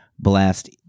Blast